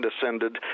descended